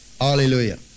Hallelujah